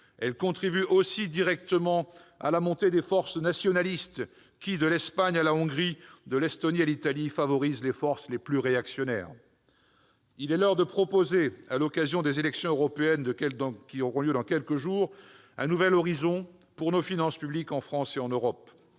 Elles contribuent aussi directement à la montée des forces nationalistes, qui, de l'Espagne à la Hongrie, de l'Estonie à l'Italie, favorise les courants les plus réactionnaires. Il est l'heure de proposer, à l'occasion des prochaines élections européennes, un nouvel horizon pour nos finances publiques, en France et en Europe.